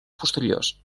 posteriors